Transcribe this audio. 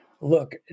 look